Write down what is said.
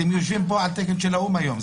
אתם יושבים פה על תקן של האו"ם היום.